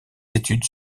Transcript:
études